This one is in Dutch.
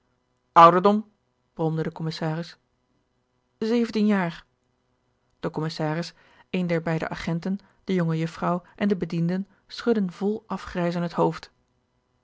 ouderdom bromde de commissaris zeventien jaar de commissaris een der beide agenten de jonge jufvrouw en de bedienden schudden vol afgrijzen het hoofd